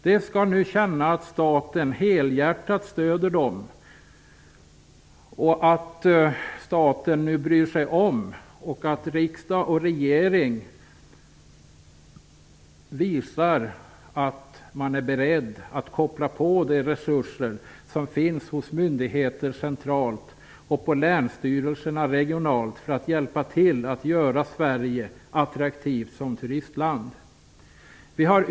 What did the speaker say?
De skall nu känna att staten helhjärtat stöder dem och att staten bryr sig om dem. Riksdag och regering skall visa att man är beredda att koppla på de resurser som finns hos myndigheter centralt och på länsstyrelserna regionalt för att hjälpa till att göra Sverige attraktivt som turistland.